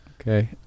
Okay